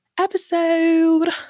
episode